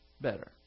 better